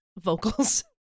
vocals